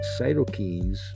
cytokines